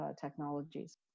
technologies